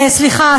סליחה,